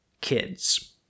kids